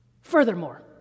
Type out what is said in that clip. Furthermore